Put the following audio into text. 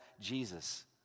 Jesus